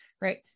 right